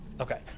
Okay